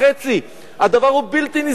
הדבר הוא בלתי נסבל לחלוטין.